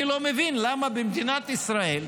אני לא מבין למה במדינת ישראל,